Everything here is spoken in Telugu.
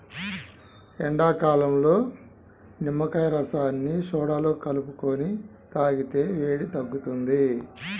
ఎండాకాలంలో నిమ్మకాయ రసాన్ని సోడాలో కలుపుకొని తాగితే వేడి తగ్గుతుంది